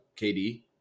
KD